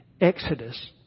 Exodus